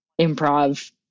improv